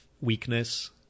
weakness